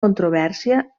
controvèrsia